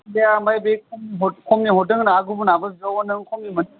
आमफ्राय बे खमनि हरदों होननाया गुबुनआबो बिबावगोन नों खमनि